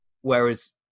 Whereas